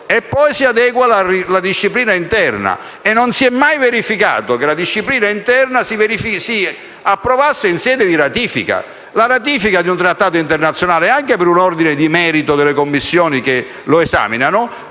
e poi si adegua la disciplina interna. Non si è mai verificato che la disciplina interna si approvasse in sede di ratifica. La ratifica di un trattato internazionale, anche per un ordine di merito delle Commissioni che lo esaminano,